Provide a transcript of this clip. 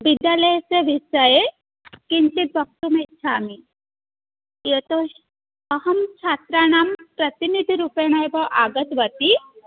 विद्यालयस्य विषये किञ्चित् वक्तुम् इच्छामि यतोहि अहं छात्राणां प्रतिनिधिरूपेण एव आगतवती